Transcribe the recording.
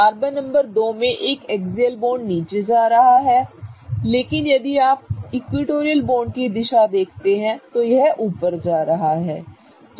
carbon number 2 में एक axial bond नीचे जा रहा है लेकिन यदि आप इस इक्विटोरियल बॉन्ड की दिशा में देखते हैं तो यह एक तरह से ऊपर जा रहा है सही